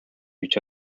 each